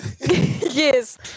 yes